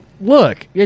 look